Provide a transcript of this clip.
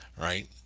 right